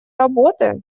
работы